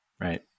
Right